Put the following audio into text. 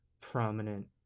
prominent